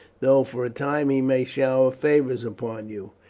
though for a time he may shower favours upon you.